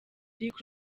rick